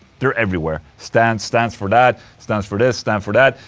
they're everywhere. stands, stands for that, stands for this, stand for that,